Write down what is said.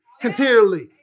Continually